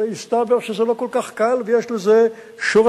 והסתבר שזה לא כל כך קל ויש לזה שורשים.